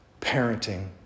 parenting